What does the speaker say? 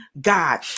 god